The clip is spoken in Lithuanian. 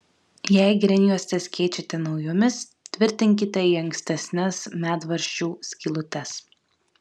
jei grindjuostes keičiate naujomis tvirtinkite į ankstesnes medvaržčių skylutes